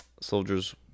soldiers